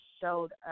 showed